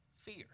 Fear